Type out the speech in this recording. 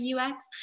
UX